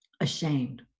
ashamed